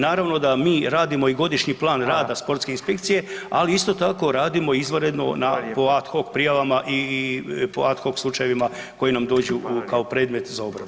Naravno da mi radimo i godišnji plan [[Upadica: Hvala.]] sportske inspekcije, ali isto tako radimo izvanredno po ad hoc prijavama i [[Upadica: Hvala lijepo.]] po ad hoc slučajevima koji nam dođu kao predmet za obradu.